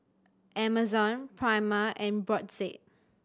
Amazon Prima and Brotzeit